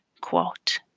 quote